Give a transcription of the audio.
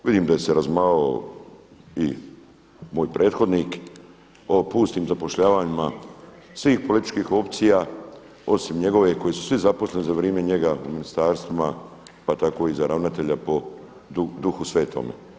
Vidim da se razmahao i moj prethodnik o pustim zapošljavanjima svih političkih opcija osim njegove u kojoj su zaposleni za vrijeme njega u ministarstvima, pa tako i za ravnatelja po Duhu Svetome.